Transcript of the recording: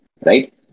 right